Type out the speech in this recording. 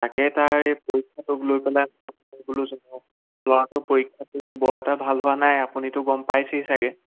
তাকে তাৰ এই পৰীক্ষাটোক লৈ পেলাই ল'ৰাটোৰ পৰীক্ষাটো বৰ এটা ভাল হোৱা নাই আপুনিটো গম পাইছেই চাগৈ